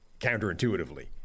counterintuitively